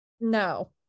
No